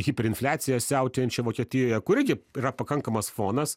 hiperinfliaciją siautėjančią vokietijoje kur irgi yra pakankamas fonas